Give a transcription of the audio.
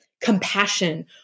compassion